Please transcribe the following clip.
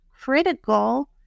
critical